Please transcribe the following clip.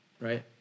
right